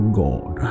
god